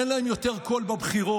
אין להם יותר קול בבחירות,